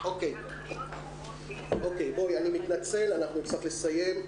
אני מתנצל, נצטרך לסיים.